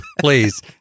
please